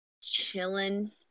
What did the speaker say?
chilling